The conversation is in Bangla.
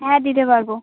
হ্যাঁ দিতে পারবো